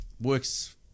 works